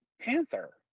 Panther